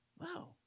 Wow